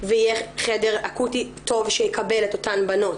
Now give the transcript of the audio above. ויהיה חדר אקוטי טוב שיקבל את אותן בנות,